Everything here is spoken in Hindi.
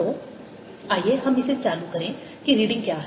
तो आइए हम इसे चालू करें कि रीडिंग क्या है